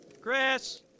Chris